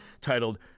titled